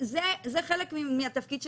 זה חלק מהתפקיד שלכם.